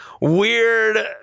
weird